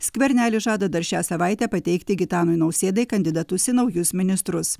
skvernelis žada dar šią savaitę pateikti gitanui nausėdai kandidatus į naujus ministrus